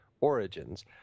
Origins